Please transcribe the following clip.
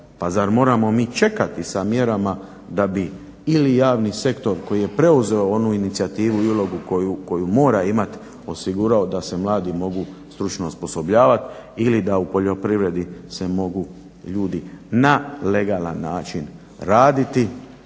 moramo mi čekati sa mjerama da bi ili javni sektor koji je preuzeo onu inicijativu i ulogu koju mora imati osigurao da se mladi mogu stručno osposobljavati ili da u poljoprivredi se mogu ljudi na legalan način raditi